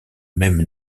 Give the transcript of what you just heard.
même